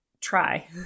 try